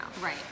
Right